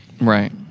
Right